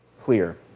clear